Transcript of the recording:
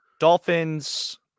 Dolphins